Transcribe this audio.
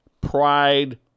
Pride